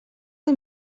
que